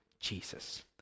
Jesus